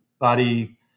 body